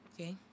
Okay